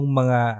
mga